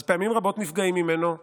אז פעמים רבות נפגעים ממנו כולם.